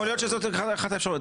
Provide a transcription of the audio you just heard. יכול להיות שזאת אחת האפשרויות.